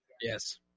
yes